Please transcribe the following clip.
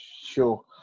sure